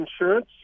insurance